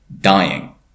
dying